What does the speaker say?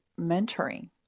mentoring